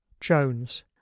Jones